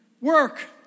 Work